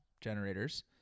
generators